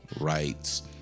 rights